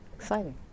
Exciting